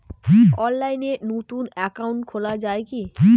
অনলাইনে নতুন একাউন্ট খোলা য়ায় কি?